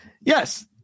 Yes